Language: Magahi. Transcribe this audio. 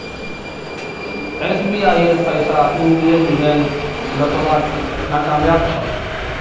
एसबीआईर पैसा इंडियन बैंक लौटव्वात नाकामयाब छ